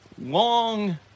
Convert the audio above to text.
long